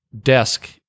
desk